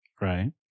Right